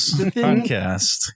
podcast